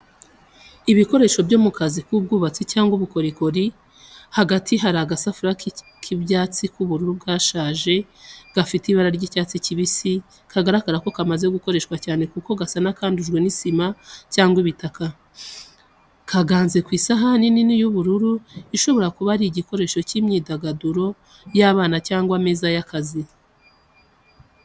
Ibikoresho byo mu kazi k’ubwubatsi cyangwa ubukorikori. Hagati hari agasafuriya k’ibyatsi k’ubururu bwashaje, gafite ibara ry’icyatsi kibisi, kagaragara ko kamaze gukoreshwa cyane kuko gasa n’akandujwe n'isima cyangwa ibitaka. Kaganze ku isahani nini y’ubururu ishobora kuba ari igikoresho cy’imyidagaduro y’abana cyangwa ameza y’akazi.